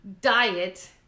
diet